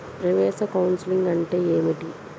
ప్రవేశ కౌన్సెలింగ్ అంటే ఏమిటి?